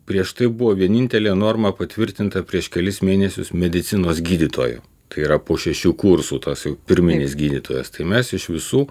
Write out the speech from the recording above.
prieš tai buvo vienintelė norma patvirtinta prieš kelis mėnesius medicinos gydytojo tai yra po šešių kursų tas jau pirminis gydytojas tai mes iš visų